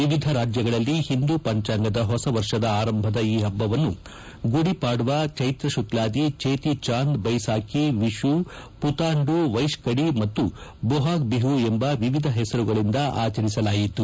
ವಿವಿಧ ರಾಜ್ಲಗಳಲ್ಲಿ ಹಿಂದೂ ಪಂಚಾಂಗದ ಹೊಸ ವರ್ಷದ ಆರಂಭದ ಈ ಹಬ್ಬವನ್ನು ಗುಡಿ ಪಾಡವಾ ಚೈತ್ರ ಶುಕ್ಲಾದಿ ಚೇತಿ ಚಾಂದ್ ಬೈಸಾಖಿ ವಿಷು ಪುಥಾಂಡು ವೈಶ್ಖಡಿ ಮತ್ತು ಬೋಹಾಗ್ ಬಿಹು ಎಂಬ ವಿವಿಧ ಹೆಸರುಗಳಿಂದ ಆಚರಿಸಲಾಯಿತು